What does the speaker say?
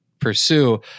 pursue